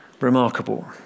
Remarkable